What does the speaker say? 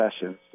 Sessions